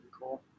cool